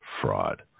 fraud